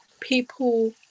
people